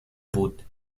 بود